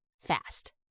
fast